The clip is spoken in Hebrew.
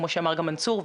כמו שאמר גם מנסור,